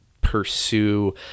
pursue